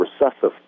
recessive